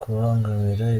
kubangamira